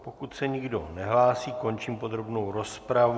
Pokud se nikdo nehlásí, končím podrobnou rozpravu.